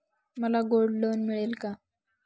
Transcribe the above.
मला gold loan मिळेल का?